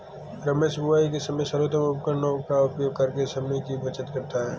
रमेश बुवाई के समय सर्वोत्तम उपकरणों का उपयोग करके समय की बचत करता है